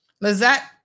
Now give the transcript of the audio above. Lizette